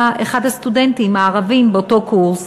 היה אחד הסטודנטים הערבים באותו קורס,